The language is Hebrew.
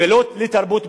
ולא לתרבות בכלל,